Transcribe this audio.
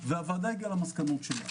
והוועדה הגיעה למסקנות.